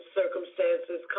circumstances